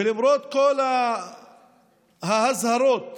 גם של השב"כ עצמו, ולמרות כל האזהרות